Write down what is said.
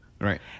Right